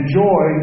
joy